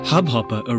Hubhopper